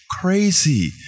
crazy